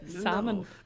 salmon